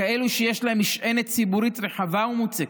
כאלה שיש להן משענת ציבורית רחבה ומוצקה,